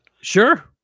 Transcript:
Sure